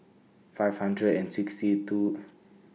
five hundred and sixty two